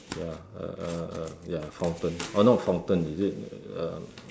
ya a a a ya fountain oh no fountain is it err